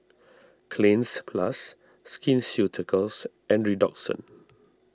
Cleanz Plus Skin Ceuticals and Redoxon